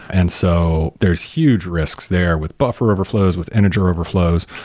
and so there's huge risks there with buffer overflows, with integer overflows.